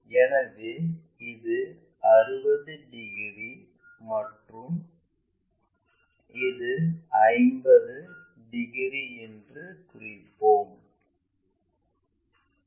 எனவே இது 60 டிகிரி மற்றும் இது 50 டிகிரி என்று குறிப்போம்